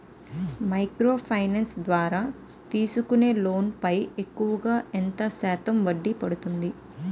Micro finance ద్వారా తీసుకునే loan పై ఎక్కువుగా ఎంత శాతం వడ్డీ పడుతుంది?